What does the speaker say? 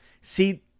See